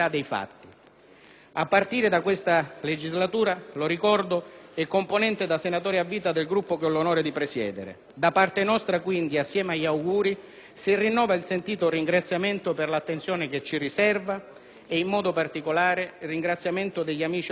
A partire da questa legislatura - lo ricordo - è componente, da senatore a vita, del Gruppo che ho l'onore di presiedere: da parte nostra, quindi, assieme agli auguri, si rinnova il sentito ringraziamento per l'attenzione che ci riserva e, in modo particolare, gli giunge un ringraziamento da parte degli amici altoatesini,